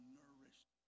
nourished